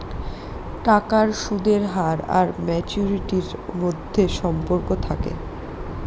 টাকার সুদের হার আর ম্যাচুরিটির মধ্যে সম্পর্ক থাকে